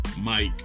Mike